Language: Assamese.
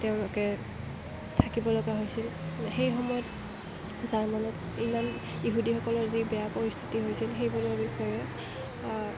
তেওঁলোকে থাকিব লগা হৈছিল সেই সময়ত জাৰ্মানত ইমান ইহুদিসকলৰ যি বেয়া পৰিস্থিতি হৈছিল সেইবোৰৰ বিষয়ে